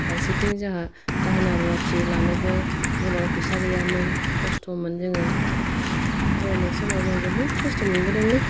फारसेथिं जाहा दाहोना रुवाथि लानोबो गोबां फैसा गैयामोन खस्थ'मोन जोङो फरायनाय समाव जों जोबोद खस्थ' मोनबोदों